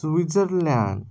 Switzerland